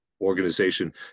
organization